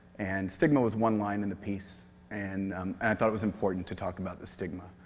and stigma was one line in the piece, and i thought it was important to talk about the stigma.